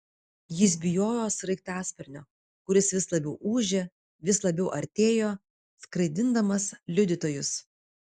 jis bijojo sraigtasparnio kuris vis labiau ūžė vis labiau artėjo skraidindamas liudytojus